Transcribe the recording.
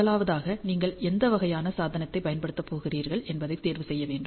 முதலாவதாக நீங்கள் எந்த வகையான சாதனத்தைப் பயன்படுத்தப் போகிறீர்கள் என்பதைத் தேர்வு செய்ய வேண்டும்